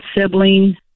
sibling